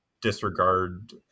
disregard